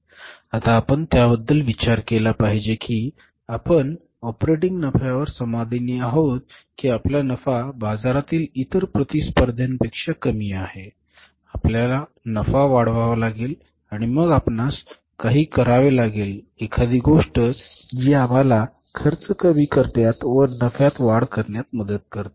आता आपण त्याबद्दल विचार केला पाहिजे की आपण या ऑपरेटिंग नफ्यावर समाधानी आहोत की आपला नफा बाजारातील इतर प्रतिस्पर्धीपेक्षा कमी आहे आपल्याला नफा वाढवावा लागेल आणि मग आपणास काही करावे लागेल एखादी गोष्ट जी आम्हाला खर्च कमी करण्यात व नफ्यात वाढ करण्यात मदत करते